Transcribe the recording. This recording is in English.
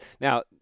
Now